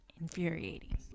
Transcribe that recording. infuriating